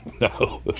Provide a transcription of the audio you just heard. No